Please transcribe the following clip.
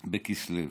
בכסלו.